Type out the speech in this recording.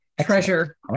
treasure